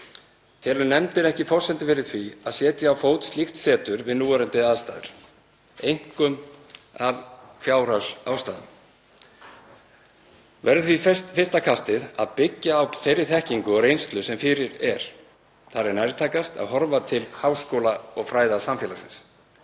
„Telur nefndin ekki forsendur fyrir því að setja á fót slíkt setur við núverandi aðstæður, einkum af fjárhagsástæðum. Verður því fyrsta kastið að byggja á þeirri þekkingu og reynslu sem fyrir er. Þar er nærtækast að horfa til háskóla- og fræðasamfélagsins.